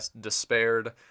despaired